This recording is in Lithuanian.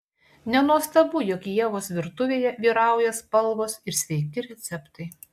nenuostabu jog ievos virtuvėje vyrauja spalvos ir sveiki receptai